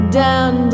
down